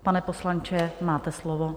Pane poslanče, máte slovo.